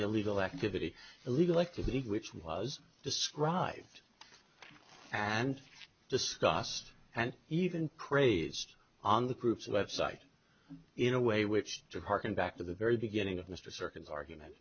illegal activity illegal activity which was described and discussed and even crazed on the group's web site in a way which to hearken back to the very beginning of mr circuits argument